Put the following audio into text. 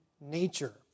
nature